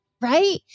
right